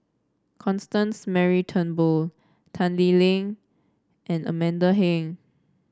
Constance Mary Turnbull Tan Lee Leng and Amanda Heng